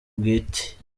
bwite